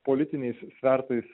politiniais svertais